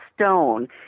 Stone